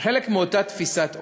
כחלק מאותה תפיסת עולם,